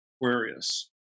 Aquarius